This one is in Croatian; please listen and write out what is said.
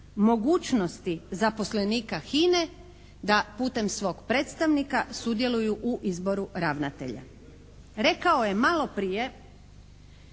mogućnosti zaposlenika HINA-e da putem svog predstavnika sudjeluju u izboru ravnatelja. Rekao je maloprije